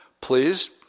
Please